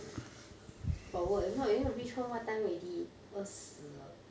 for work if not you reach home what time already 饿死了